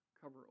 cover